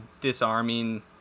disarming